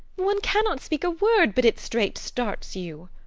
one cannot speak a word but it straight starts you.